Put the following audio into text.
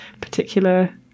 particular